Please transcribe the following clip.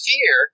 Fear